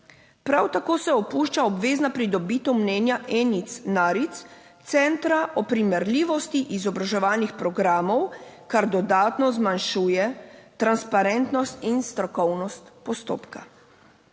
Prav tako se opušča obvezna pridobitev mnenja Enic Naric, centra o primerljivosti izobraževalnih programov, kar dodatno zmanjšuje transparentnost in strokovnost postopka.